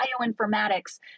bioinformatics